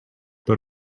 but